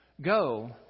Go